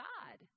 God